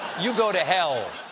you go to hell.